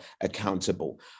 accountable